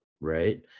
right